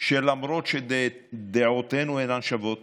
שלמרות שדעותינו אינן שוות